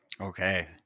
Okay